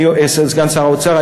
סגן שר האוצר.